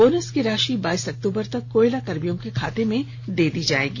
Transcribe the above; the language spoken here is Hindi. बोनस की राशि बाइस अक्तूबर तक कोयला कर्मियों के खाते में डाल दी जायेगी